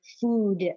food